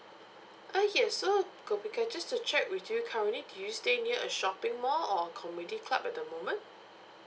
ah yes so just to check with you currently do you stay near a shopping mall or community club at the moment